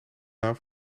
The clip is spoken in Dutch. naam